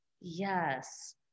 Yes